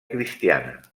cristiana